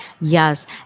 Yes